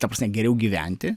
ta prasme geriau gyventi